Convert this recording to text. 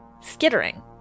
skittering